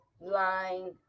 line